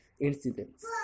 incidents